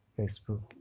Facebook